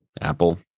Apple